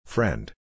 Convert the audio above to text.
Friend